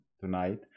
tonight